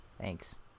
Thanks